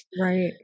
Right